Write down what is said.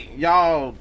y'all